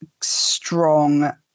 strong